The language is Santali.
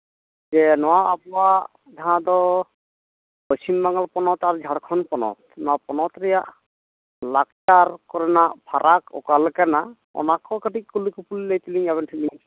ᱡᱮ ᱱᱚᱣᱟ ᱟᱵᱚᱣᱟᱜ ᱡᱟᱦᱟᱸ ᱫᱚ ᱯᱚᱪᱷᱤᱢ ᱵᱟᱝᱟᱞ ᱯᱚᱱᱚᱛ ᱟᱨ ᱡᱷᱟᱲᱠᱷᱚᱱ ᱯᱚᱱᱚᱛ ᱱᱚᱣᱟ ᱯᱚᱱᱚᱛ ᱨᱮᱭᱟᱜ ᱞᱟᱠᱪᱟᱨ ᱠᱚᱨᱮᱱᱟᱜ ᱯᱷᱟᱨᱟᱠ ᱚᱠᱟᱞᱮᱠᱟᱱᱟ ᱚᱱᱟ ᱠᱚ ᱠᱟᱹᱴᱤᱡ ᱠᱩᱞᱤ ᱠᱩᱯᱩᱞᱤ ᱞᱟᱹᱭᱛᱮᱞᱤᱧ ᱟᱵᱮᱱ ᱴᱷᱮᱱᱞᱤᱧ